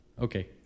okay